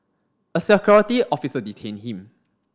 a security officer detained him